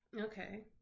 Okay